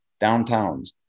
downtowns